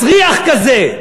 מסריח כזה,